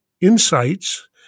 insights—